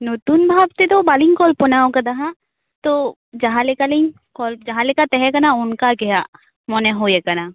ᱱᱩᱛᱩᱱ ᱵᱷᱟᱵᱽ ᱛᱮᱫᱚ ᱵᱟᱹᱞᱤᱧ ᱠᱚᱞᱯᱚᱱᱟ ᱟᱠᱟᱫᱟ ᱦᱟᱸᱜ ᱛᱚ ᱡᱟᱦᱟᱸ ᱞᱮᱠᱟᱞᱤᱧ ᱠᱚᱞ ᱡᱟᱦᱟᱸ ᱞᱮᱠᱟ ᱛᱟᱦᱮᱸᱠᱟᱱᱟ ᱚᱱᱠᱟᱜᱮ ᱦᱟᱸᱜ ᱢᱚᱱᱮ ᱦᱩᱭ ᱟᱠᱟᱱᱟ